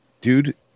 Dude